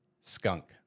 skunk